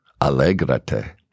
Alegrate